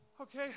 Okay